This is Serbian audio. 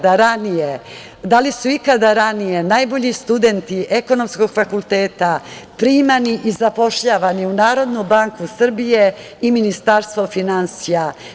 Da li su ikada ranije najbolji studenti ekonomskog fakulteta primani i zapošljavani u Narodnu banku Srbije i Ministarstvo finansija?